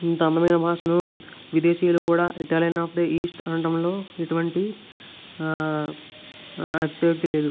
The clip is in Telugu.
ఇంత అందమైన భాషను విదేశీయులు కూడా ఇటాలియన్ అఫ్ ది ఈస్ట్ అనడంలో ఎటువంటి అతిశయోక్తి లేదు